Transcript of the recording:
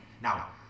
Now